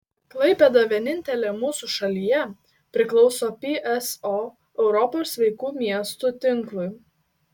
klaipėda vienintelė mūsų šalyje priklauso pso europos sveikų miestų tinklui